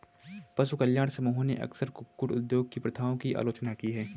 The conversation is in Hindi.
पशु कल्याण समूहों ने अक्सर कुक्कुट उद्योग की प्रथाओं की आलोचना की है